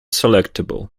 selectable